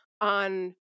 on